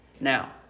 Now